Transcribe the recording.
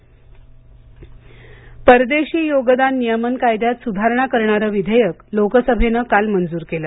संसद परदेशी योगदान नियमन कायद्यात सुधारणा करणारं विधेयक लोकसभेनं काल मंजूर केले